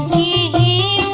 e